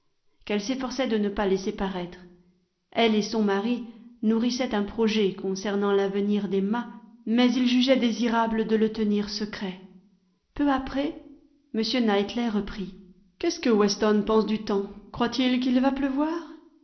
qu'elle s'efforçait de ne pas laisser paraître elle et son mari nourrissaient un projet concernant l'avenir d'emma mais ils jugeaient désirable de le tenir secret peu après m knightley reprit qu'est-ce que weston pense du temps croit-il qu'il va pleuvoir